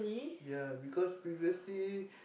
ya because previously